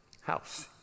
house